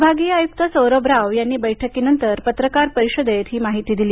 विभागीय आयुक्त सौरभ राव यांनी बैठकीनंतर पत्रकार परिषदेत ही माहिती दिली